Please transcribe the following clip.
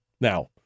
Now